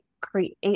create